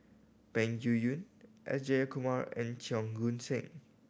Peng Yuyun S Jayakumar and Cheong Koon Seng